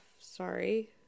sorry